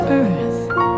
earth